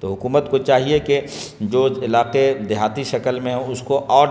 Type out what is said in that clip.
تو حکومت کو چاہیے کہ جو علاقے دیہاتی شکل میں ہو اس کو اور